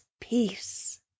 Peace